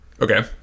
Okay